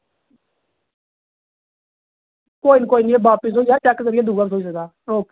कोई नी कोई नी एह् बापस होई जाग चेक करियै दूआ बी थ्होई सकदा ओके